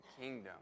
kingdom